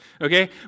okay